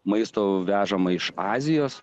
maisto vežama iš azijos